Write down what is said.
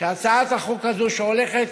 שהצעת החוק הזאת, שהולכת